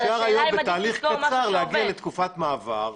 אפשר בתהליך קצר להגיע לתקופת מעבר,